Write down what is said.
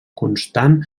constant